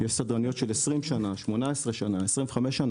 יש סדרניות של בין 18-25 שנים,